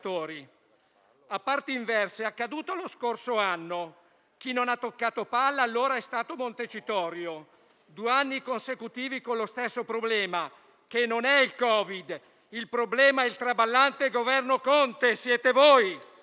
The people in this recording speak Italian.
A parti inverse, è accaduto lo scorso anno. Chi non ha toccato palla allora è stato Montecitorio; due anni consecutivi con lo stesso problema, che non è il Covid-19: il problema è il traballante Governo Conte! Siete voi!